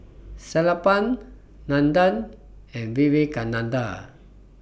Sellapan Nandan and Vivekananda